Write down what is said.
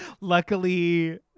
Luckily